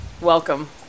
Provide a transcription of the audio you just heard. welcome